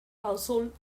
household